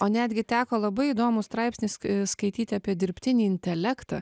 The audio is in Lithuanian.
o netgi teko labai įdomų straipsnį skaityt apie dirbtinį intelektą